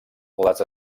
les